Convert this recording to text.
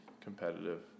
competitive